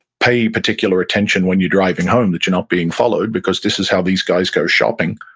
pay particular attention when you're driving home that you're not being followed, because this is how these guys go shopping.